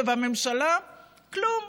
ובממשלה, כלום.